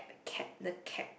the cap the cap